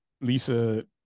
Lisa